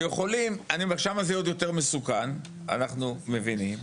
שיכולים, שמה זה עוד יותר מסוכן, אנחנו מבינים.